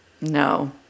No